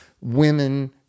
women